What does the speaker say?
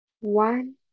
one